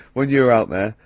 when you were out there,